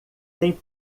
tem